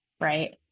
right